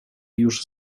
już